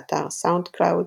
באתר סאונדקלאוד